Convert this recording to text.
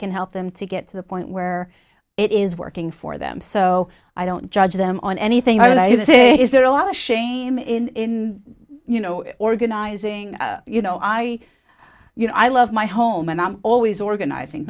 can help them to get to the point where it is working for them so i don't judge them on anything i do that is there a lot of shame in you know organizing you know i you know i love my home and i'm always organizing